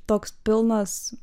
toks pilnas